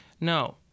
no